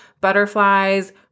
butterflies